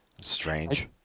strange